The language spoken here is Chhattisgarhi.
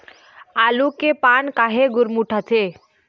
आलू के पान काहे गुरमुटाथे?